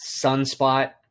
Sunspot